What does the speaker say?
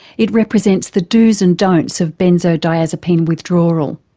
it represents the dos and don'ts of benzodiazepine withdrawal.